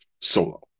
solo